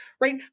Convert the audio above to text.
right